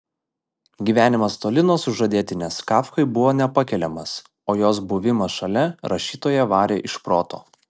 gyvenimas toli nuo sužadėtinės kafkai buvo nepakeliamas o jos buvimas šalia rašytoją varė iš proto